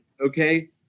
okay